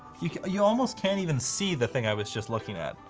you you almost can't even see the thing i was just looking at.